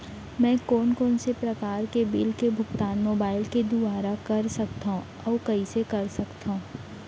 मैं कोन कोन से प्रकार के बिल के भुगतान मोबाईल के दुवारा कर सकथव अऊ कइसे कर सकथव?